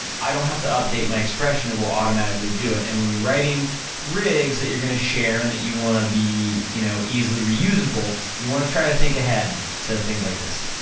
and i don't have to update my expression, it will automatically do it, and when you're writing rigs that you're gonna share, and that you wanna be, you know, easily reusable, you wanna try to think ahead to things like this,